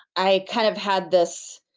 i kind of had this.